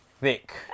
thick